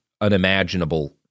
unimaginable